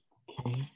okay